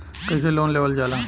कैसे लोन लेवल जाला?